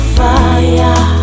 fire